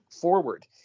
forward